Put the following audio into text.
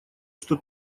что